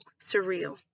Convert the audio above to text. surreal